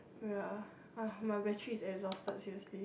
ya !wah! my battery is exhausted seriously